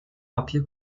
papier